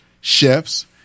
chefs